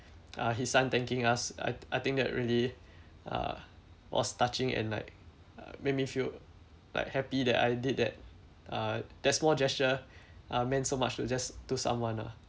uh his son thanking us I I think that really uh was touching and like uh make me feel like happy that I did that uh that small gesture uh meant so much to just to someone ah